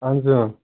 اہن حظ